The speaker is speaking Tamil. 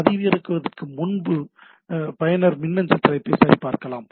பதிவிறக்குவதற்கு முன்பு பயனர் மின்னஞ்சல் தலைப்பை சரிபார்க்கலாம்